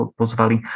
pozvali